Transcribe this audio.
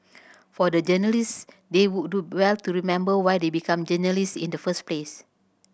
for the journalists they would do well to remember why they become journalists in the first place